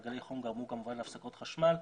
גלי החום גרמו כמובן להפסקות חשמל.